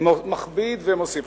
מכביד ומוסיף.